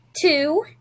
two